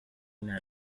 una